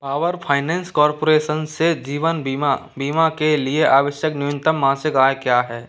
power finance corporation से जीवन बीमा बीमा के लिए आवश्यक न्यूनतम मासिक आय क्या है